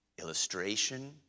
illustration